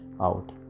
out